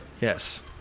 Yes